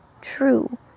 true